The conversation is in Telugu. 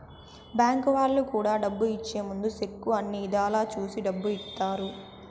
బ్యాంక్ వాళ్ళు కూడా డబ్బు ఇచ్చే ముందు సెక్కు అన్ని ఇధాల చూసి డబ్బు ఇత్తారు